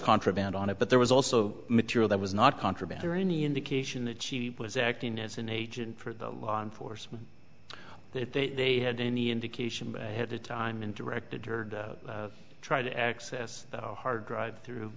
contraband on it but there was also material that was not contraband or any indication that she was acting as an agent for the law enforcement if they had any indication at the time and directed to try to access hard drive through